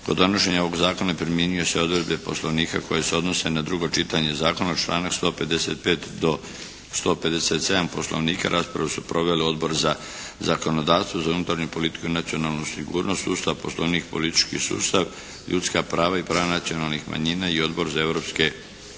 Kod donošenja ovog zakona primjenjuju se odredbe Poslovnika koje se odnose na drugo čitanje zakona, članak 155. do 157. Poslovnika. Raspravu su proveli Odbor za zakonodavstvo, za unutarnju politiku i nacionalnu sigurnost, Ustav, Poslovnik i politički sustav, ljudska prava i prava nacionalnih manjina i Odbor za europske